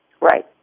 Right